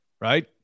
right